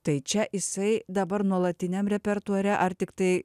tai čia jisai dabar nuolatiniam repertuare ar tiktai